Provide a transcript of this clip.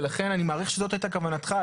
לכן אני מעריך שזאת הייתה כוונתך,